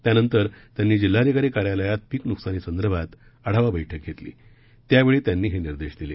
त्यांनंतर त्यांनी जिल्हाधिकारी कार्यालयात पिक नुकसानीसंदर्भात आढावा बैठक घेतली त्यावेळी त्यांनी हे निर्देश दिले